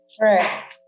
right